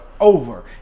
over